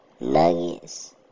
Nuggets